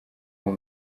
uwo